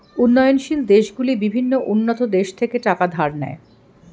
উন্নয়নশীল দেশগুলি বিভিন্ন উন্নত দেশ থেকে টাকা ধার নেয়